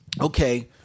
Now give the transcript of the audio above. okay